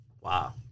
wow